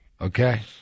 Okay